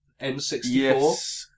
N64